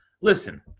listen